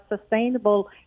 sustainable